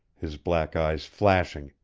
his black eyes flashing,